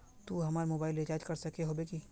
तू हमर mobile recharge कर सके होबे की?